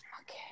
Okay